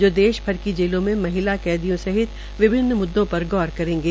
जो देशभर क जेलों में महिला कैदियों सहित विभिन्न म्द्दों पर गौर करेंगे